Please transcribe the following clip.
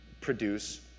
produce